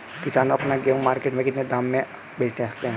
किसान अपना गेहूँ मार्केट में कितने दाम में बेच सकता है?